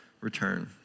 return